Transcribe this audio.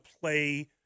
play